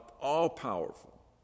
all-powerful